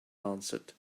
answered